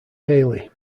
haley